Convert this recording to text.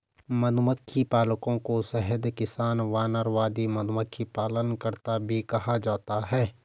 मधुमक्खी पालकों को शहद किसान, वानरवादी, मधुमक्खी पालनकर्ता भी कहा जाता है